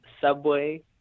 Subway